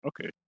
Okay